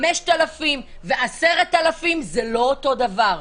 5,000 ו-10,000 זה לא אותו דבר.